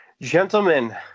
Gentlemen